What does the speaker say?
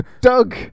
Doug